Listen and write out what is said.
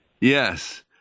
Yes